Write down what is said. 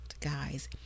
guys